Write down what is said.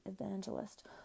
evangelist